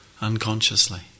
unconsciously